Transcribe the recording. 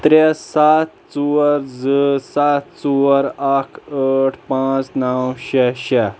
ترٚےٚ سَتھ ژور زٕ سَتھ ژور اَکھ آٹھ پانٛژھ نَو شےٚ شےٚ